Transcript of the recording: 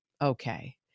okay